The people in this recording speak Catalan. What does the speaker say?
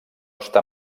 està